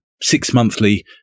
six-monthly